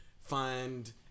find